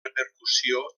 repercussió